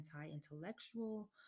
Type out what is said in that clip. anti-intellectual